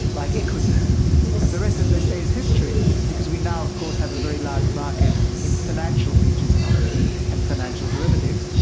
like equities and the rest, as they say, is history because we now of course have a very large market in financial futures and options, and financial derivatives.